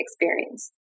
experience